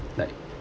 like